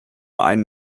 einen